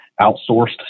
outsourced